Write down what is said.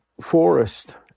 forest